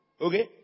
Okay